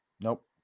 Nope